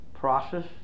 Process